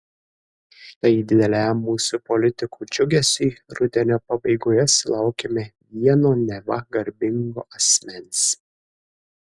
štai dideliam mūsų politikų džiugesiui rudenio pabaigoje sulaukėme vieno neva garbingo asmens